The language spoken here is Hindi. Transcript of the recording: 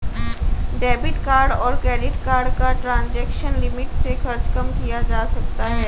डेबिट कार्ड और क्रेडिट कार्ड का ट्रांज़ैक्शन लिमिट से खर्च कम किया जा सकता है